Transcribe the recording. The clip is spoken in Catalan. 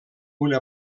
una